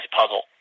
puzzle